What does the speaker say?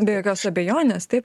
be jokios abejonės taip